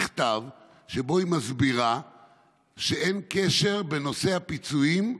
מכתב שבו היא מסבירה שאין קשר בין נושא הפיצויים,